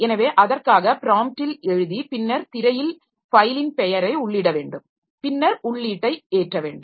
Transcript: எனவே அதற்காக ப்ராம்ப்டில் எழுதி பின்னர் திரையில் ஃபைலின் பெயரை உள்ளிட வேண்டும் பின்னர் உள்ளீட்டை ஏற்ற வேண்டும்